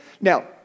now